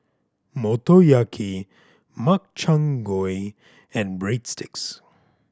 Motoyaki Makchang Gui and Breadsticks